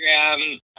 Instagram